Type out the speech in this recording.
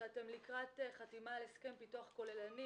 שאתם לקראת חתימה על הסכם פיתוח כוללני